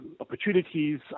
opportunities